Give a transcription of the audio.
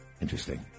Interesting